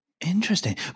Interesting